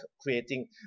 creating